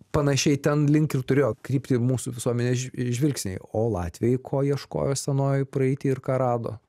panašiai ten link ir turėjo krypti mūsų visuomenės žvi žvilgsniai o latviai ko ieškojo senojoj praeity ir ką rado